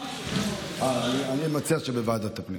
אני מציע שבוועדת הפנים.